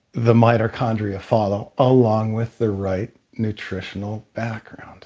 the mitochondria follow along with the right nutritional background